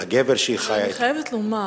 הגבר שהן חיות אתו, אני חייבת לומר